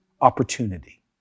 opportunity